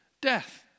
death